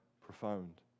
profound